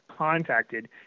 contacted